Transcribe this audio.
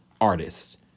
artists